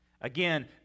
Again